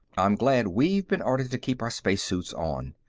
i'm glad we've been ordered to keep our spacesuits on.